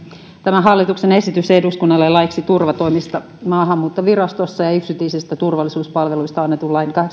tämä hallituksen esitys eduskunnalle laeiksi turvatoimista maahanmuuttovirastossa ja yksityisistä turvallisuuspalveluista annetun lain